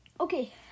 Okay